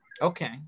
Okay